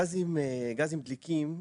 גזים דליקים,